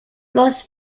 las